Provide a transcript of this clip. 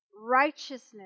righteousness